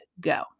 go